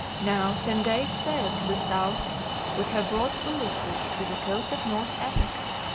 now ten days' sail to the south would have brought ulysses to the coast of north africa,